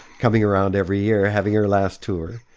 coming around every year, having her last tour!